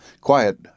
Quiet